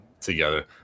together